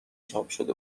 چاپشده